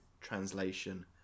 translation